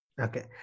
Okay